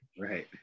Right